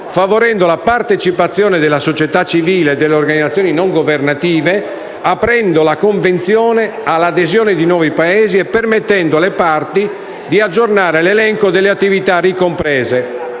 favorendo la partecipazione della società civile e delle organizzazioni non governative, aprendo la Convenzione all'adesione di nuovi Paesi e permettendo alle parti di aggiornare l'elenco delle attività ricomprese.